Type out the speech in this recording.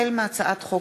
החל בהצעת חוק